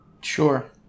Sure